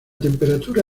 temperatura